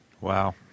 Wow